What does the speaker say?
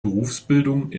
berufsbildung